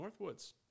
Northwoods